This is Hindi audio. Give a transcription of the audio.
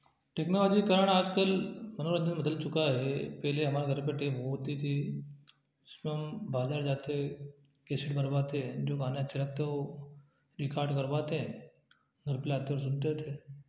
टेक्नोलॉजी के कारण आजकल मनोरंजन बदल चुका है पहले हमारे घर पर टेप होती थी जिसमें हम बाजार जाते केसिट भरवाते जो गाने अच्छे लगते वो रिकार्ड करवाते घर पर लाते और सुनते थे